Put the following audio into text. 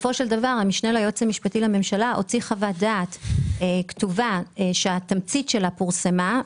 המשנה ליועץ המשפטי לממשלה הוציא חוות דעת כתובה שרק התמצית שלה פורסמה.